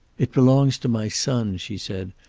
it belongs to my son, she said.